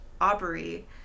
Aubrey